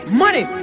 money